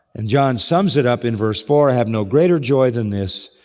and john sums it up in verse four, i have no greater joy than this,